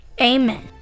amen